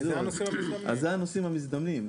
זה הנוסעים המזדמנים.